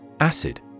acid